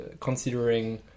considering